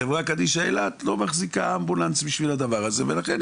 חברה קדישא אילת לא מחזיקה אמבולנס בשביל הדבר הזה ולכן,